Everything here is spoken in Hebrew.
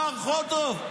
מר חודורוב,